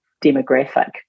demographic